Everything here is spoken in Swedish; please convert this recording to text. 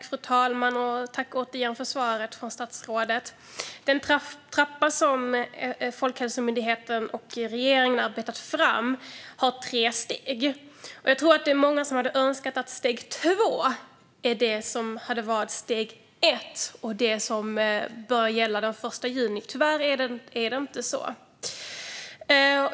Fru talman! Jag tackar återigen statsrådet för svaret. Den trappa som Folkhälsomyndigheten och regeringen har arbetat fram har tre steg. Jag tror att många hade önskat att steg 2 hade varit steg 1 och därmed det som börjar gälla den 1 juni, men tyvärr är det inte så.